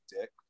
dick